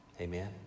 Amen